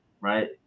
right